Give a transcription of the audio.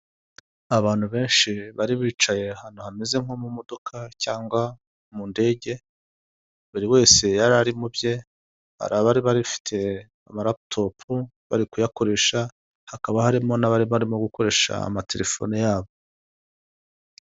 Abantu benshi bari bicaye ahantu hameze nko mu modoka cyangwa mu ndege buri wese yarari mubye. Hari abari bafite amaraputopu bari kuyakoresha, hakaba harimo n'abari barimo gukoresha amaterefone yabo.